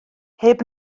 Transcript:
heb